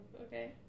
okay